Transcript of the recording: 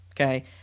okay